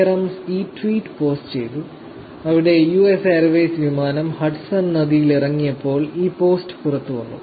rums ഈ tweet post ചെയ്തു അവിടെ യുഎസ് എയർവേയ്സ് വിമാനം ഹഡ്സൺ നദിയിൽ ഇറങ്ങിയപ്പോൾ ഈ പോസ്റ്റ് പുറത്തുവന്നു